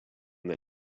that